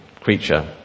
creature